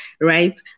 right